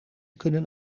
kunnen